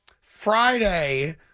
Friday